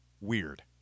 weird